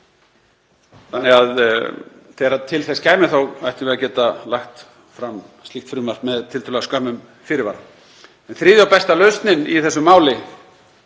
framvinduna. Þegar til þess kæmi þá ættum við að geta lagt fram slíkt frumvarp með tiltölulega skömmum fyrirvara. Þriðja besta lausnin í þessu máli